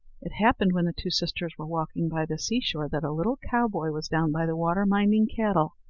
it happened, when the two sisters were walking by the sea-shore, that a little cowboy was down by the water minding cattle,